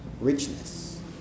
richness